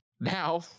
Now